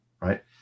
right